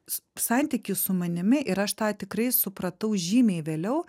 santykis su manimi ir aš tą tikrai supratau žymiai vėliau